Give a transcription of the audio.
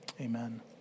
amen